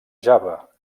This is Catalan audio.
java